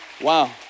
wow